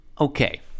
Okay